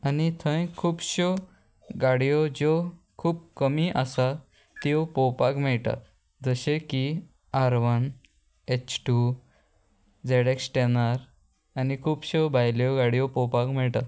आनी थंय खुबश्यो गाडयो ज्यो खूब कमी आसा त्यो पोवपाक मेळटा जशे की R one H two Z X ten R आनी खुबश्यो भायल्यो गाडयो पोवपाक मेळटात